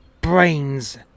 brains